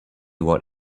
what